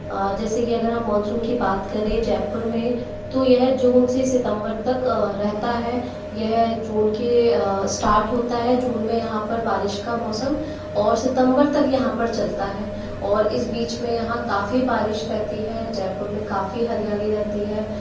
जैसे कि अगर हम मानसून की बात करें जयपुर में तो यह जून से सितम्बर तक रहता है यह जून के स्टार्ट होता है जून में यहाँ पर बारिश का मौसम और सितम्बर तक यहाँ पर चलता हैं और इस बीच में यहाँ काफ़ी बारिश रहती है जयपुर में काफ़ी हरियाली रहती है